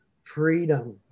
freedom